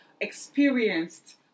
experienced